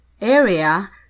area